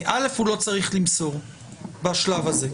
קודם כל הוא לא צריך למסור בשלב הזה,